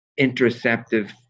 interceptive